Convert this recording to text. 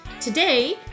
Today